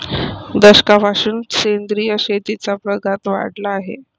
दशकापासून सेंद्रिय शेतीचा प्रघात वाढला आहे